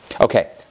Okay